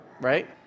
right